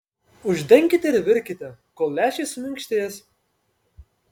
uždenkite ir virkite kol lęšiai suminkštės